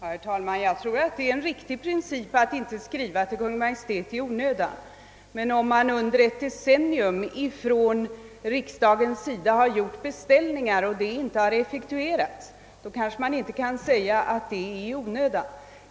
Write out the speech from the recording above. Herr talman! Jag tror det är en riktig princip att inte skriva till Kungl. Maj:t i onödan, men om riksdagen under ett decennium gjort beställningar som inte effektuerats kan man kanske inte säga att det är i onödan.